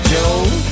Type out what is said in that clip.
Joe